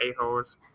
a-holes